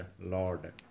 Lord